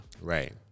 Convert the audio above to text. Right